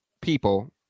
people